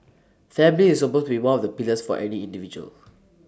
family is supposed to be one of the pillars for any individual